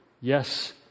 Yes